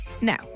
now